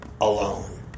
alone